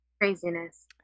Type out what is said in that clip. Craziness